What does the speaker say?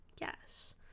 yes